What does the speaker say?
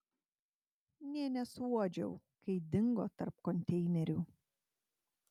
nė nesuuodžiau kai dingo tarp konteinerių